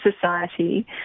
society